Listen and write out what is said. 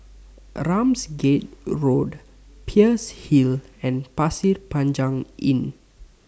Ramsgate Road Peirce Hill and Pasir Panjang Inn